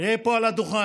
יראה פה על הדוכן.